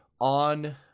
on